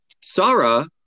Sarah